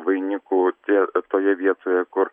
vainikų tie toje vietoje kur